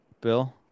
Bill